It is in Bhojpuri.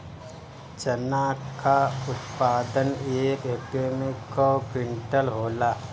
चना क उत्पादन एक हेक्टेयर में कव क्विंटल होला?